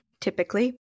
typically